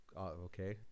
okay